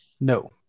No